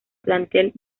plantel